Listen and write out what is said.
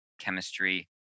chemistry